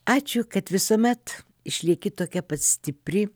ačiū kad visuomet išlieki tokia pat stipri